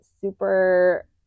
super